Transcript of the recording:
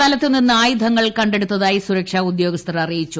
സ്ഥലത്തുനിന്ന് ആയുധങ്ങൾ കണ്ടെടുത്തായി സൂരക്ഷാ ഉദ്യോഗസ്ഥർ അറിയിച്ചു